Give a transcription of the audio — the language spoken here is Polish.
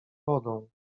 wodą